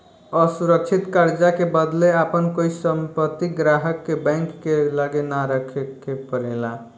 असुरक्षित कर्जा के बदले आपन कोई संपत्ति ग्राहक के बैंक के लगे ना रखे के परेला